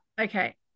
Okay